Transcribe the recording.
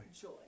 joy